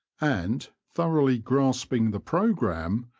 and, thoroughly grasping the programme,